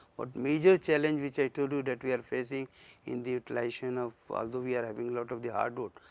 but major challenge which i told you that we are facing in the utilization of although we are having lot of the hardwood,